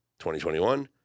2021